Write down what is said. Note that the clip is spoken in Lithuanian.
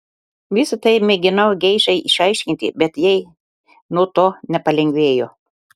visa tai mėginau geišai išaiškinti bet jai nuo to nepalengvėjo